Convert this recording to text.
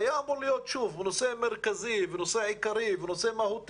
שהיה אמור להיות נושא מרכזי, עיקרי ומהותי,